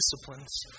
disciplines